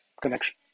connection